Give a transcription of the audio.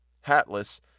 Hatless